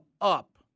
up